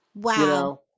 Wow